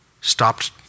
stopped